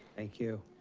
thank you.